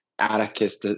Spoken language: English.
Atticus